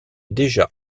déjà